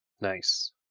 Nice